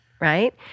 right